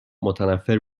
متنفر